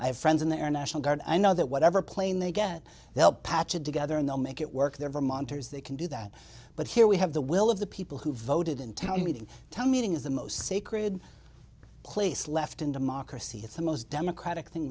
i have friends in the air national guard i know that whatever plane they get they'll patch it together and they'll make it work their vermonters they can do that but here we have the will of the people who voted in town meeting tell meeting is the most sacred place left in democracy it's the most democratic thing